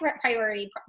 priority